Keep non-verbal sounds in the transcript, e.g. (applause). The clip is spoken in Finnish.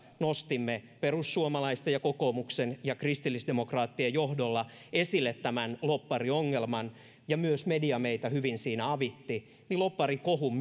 nostimme perussuomalaisten ja kokoomuksen ja kristillisdemokraattien johdolla esille tämän lobbariongelman ja myös media meitä hyvin siinä avitti niin lobbarikohun (unintelligible)